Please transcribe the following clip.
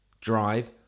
Drive